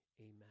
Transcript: Amen